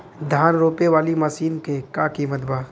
धान रोपे वाली मशीन क का कीमत बा?